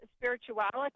spirituality